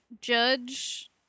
Judge